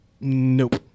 nope